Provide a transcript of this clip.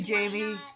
Jamie